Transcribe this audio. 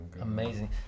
amazing